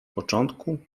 początku